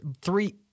three